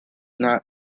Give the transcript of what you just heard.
not